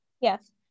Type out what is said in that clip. yes